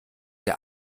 der